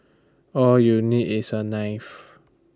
all you need is A knife